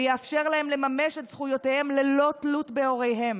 ויאפשר להם לממש את זכויותיהם ללא תלות בהוריהם.